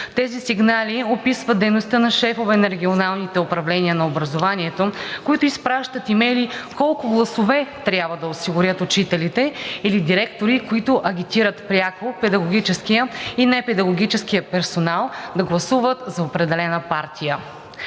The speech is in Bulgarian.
Тези сигнали описват дейността на шефове на регионалните управления на образованието, които изпращат имейли колко гласове трябва да осигурят учителите, или директори, които агитират пряко педагогическия и непедагогическия персонал да гласуват за определена партия.